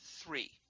three